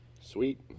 Sweet